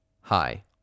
Hi